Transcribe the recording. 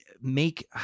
Make